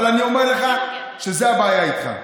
אבל אני אומר לך שזאת הבעיה איתך.